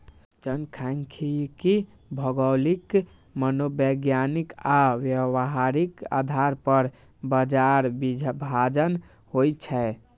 जनखांख्यिकी भौगोलिक, मनोवैज्ञानिक आ व्यावहारिक आधार पर बाजार विभाजन होइ छै